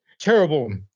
terrible